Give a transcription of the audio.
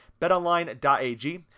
BetOnline.ag